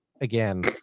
again